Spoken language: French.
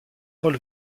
paul